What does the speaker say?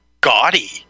gaudy